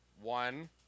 One